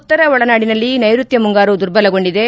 ಉತ್ತರ ಒಳನಾಡಿನಲ್ಲಿ ನೈರುತ್ತ ಮುಂಗಾರು ದುರ್ಬಲಗೊಂಡಿದೆ